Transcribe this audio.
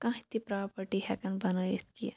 کانٛہہ تہِ پرٛاپَٹی ہٮ۪کان بَنٲیِتھ کیٚنٛہہ